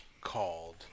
called